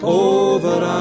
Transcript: over